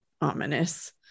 Ominous